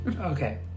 Okay